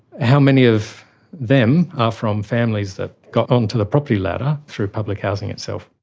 how many of them are from families that got onto the property ladder through public housing itself.